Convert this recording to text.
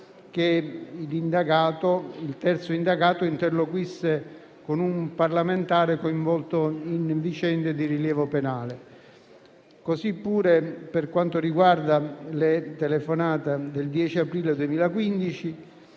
che il terzo indagato interloquisse con un parlamentare coinvolto in vicende di rilievo penale, così pure per quanto riguarda la telefonata del 10 aprile 2015.